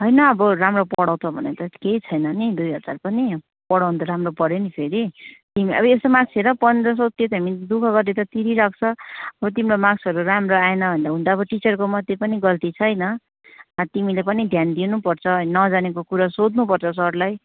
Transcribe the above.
होइन अब राम्रो पढाउँछ भने त केही छैन नि दुई हजार पनि पढाउनु त राम्रो पऱ्यो नि फेरि अब यस्तो मार्क्स हेर पन्ध्र सय तिरेर हामी दुःख गरेर तिरिरहेको छ अब तिम्रो मार्क्सहरू राम्रो आएन भने त हुन त अब टिचरको मात्र पनि गल्ती छैन अब तिमीले पनि ध्यान दिनु पर्छ नजानेको कुरा सोध्नु पर्छ सरलाई